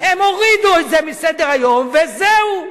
הם הורידו את זה מסדר-היום וזהו.